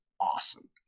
awesome